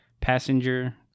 Passenger